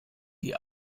die